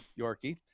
Yorkie